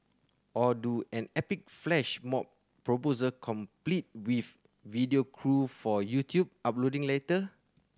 or do an epic flash mob proposal complete with video crew for YouTube uploading later